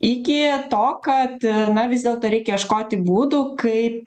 iki to kad na vis dėlto reikia ieškoti būdų kaip